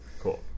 Cool